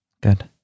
Good